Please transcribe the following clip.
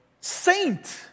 saint